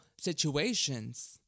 situations